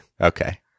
Okay